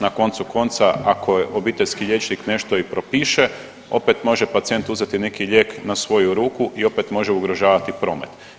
Na koncu konca ako je obiteljski liječnik nešto i propiše opet može pacijent uzeti neki lijek na svoju ruku i opet može ugrožavati promet.